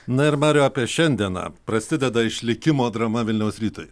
na ir mariau apie šiandieną prasideda išlikimo drama vilniaus rytui